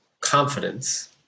confidence